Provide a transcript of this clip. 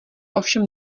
ovšem